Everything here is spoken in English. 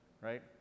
right